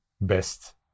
best